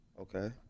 Okay